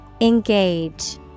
ENGAGE